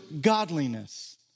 godliness